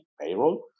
payroll